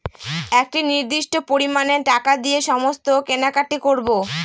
একটি নির্দিষ্ট পরিমানে টাকা দিয়ে সমস্ত কেনাকাটি করবো